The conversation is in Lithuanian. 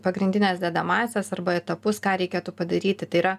pagrindines dedamąsias arba etapus ką reikėtų padaryti tai yra